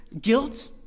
guilt